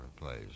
place